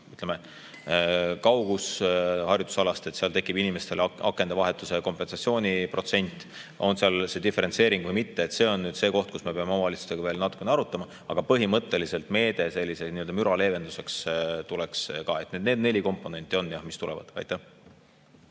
kaugus harjutusalast, et seal tekib inimestel akende vahetuse kompensatsiooni protsent, on seal see diferentseering või mitte. See on nüüd see koht, kus me peame omavalitsustega veel natukene arutama, aga põhimõtteliselt meede müra leevenduseks tuleks ka. Need neli komponenti on, mis tulevad. Arvo